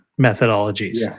methodologies